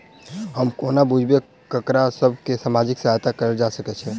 हम कोना बुझबै सँ ककरा सभ केँ सामाजिक सहायता कैल जा सकैत छै?